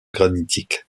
granitiques